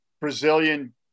brazilian